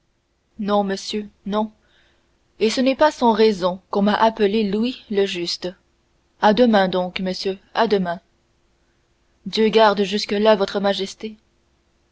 non monsieur non et ce n'est pas sans raison qu'on m'a appelé louis le juste à demain donc monsieur à demain dieu garde jusque-là votre majesté